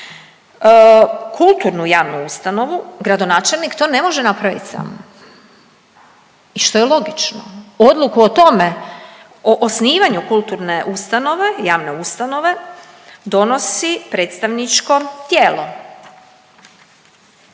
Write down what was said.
kulturnu javnu ustanovu gradonačelnik to ne može napravit sam i što je logično. Odluku o tome o osnivanju kulturne ustanove, javne ustanove donosi predstavničko tijelo